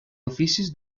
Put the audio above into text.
oficis